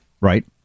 Right